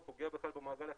זה פוגע בכלל במעגל החברתי.